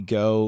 go